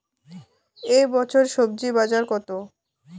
এ বছর স্বজি বাজার কত?